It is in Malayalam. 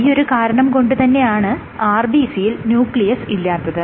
ഈയൊരു കാരണം കൊണ്ടുതന്നെയാണ് RBC യിൽ ന്യൂക്ലിയസ് ഇല്ലാത്തത്